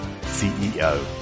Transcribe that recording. CEO